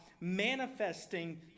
manifesting